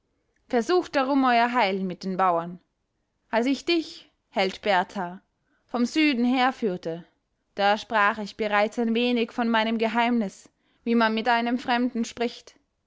versucht darum euer heil mit den bauern als ich dich held berthar vom süden herführte da sprach ich bereits ein wenig von meinem geheimnis wie man mit einem fremden spricht